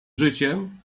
życiem